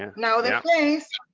and now, the face.